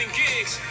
gigs